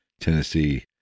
Tennessee